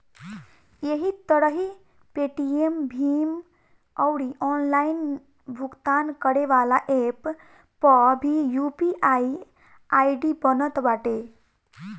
एही तरही पेटीएम, भीम अउरी ऑनलाइन भुगतान करेवाला एप्प पअ भी यू.पी.आई आई.डी बनत बाटे